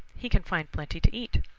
he can find plenty to eat.